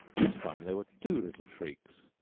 this time there were two little shrieks,